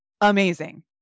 amazing